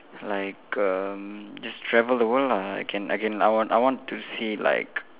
like um just travel the world lah I can I can I want I want to see like